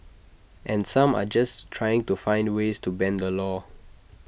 and some are just trying to find ways to bend the law